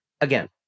Again